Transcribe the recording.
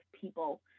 people